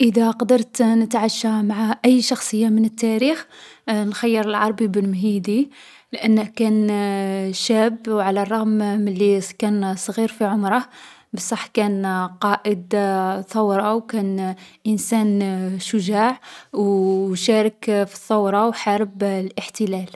إذا قدرت نتعشى مع أي شخصية من التاريخ، نخيّر العربي بن مهيدي. لأنه كان شاب و على الرغم من لي كان صغير في عمره، بصح كان قائد ثورة و كان إنسان شجاع، او شارك في الثورة و حارب الاحتلال.